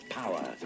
power